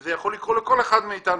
זה יכול לקרות לכל אחד מאיתנו,